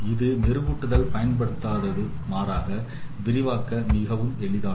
இது மெருகூட்டல் பயன்படுத்தாது மாறாக விவரிக்க மிகவும் எளிதானது